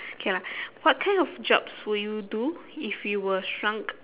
okay lah what kind of jobs would you do if you were shrunk